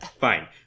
Fine